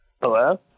Hello